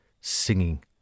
singing